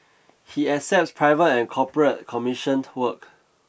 he accepts private and corporate commissioned work